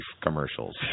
commercials